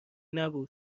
نبود